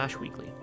weekly